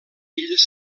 illes